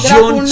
John